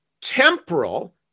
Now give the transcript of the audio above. Temporal